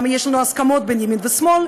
גם יש לנו אי-הסכמות בין ימין ושמאל.